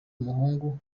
umuhungu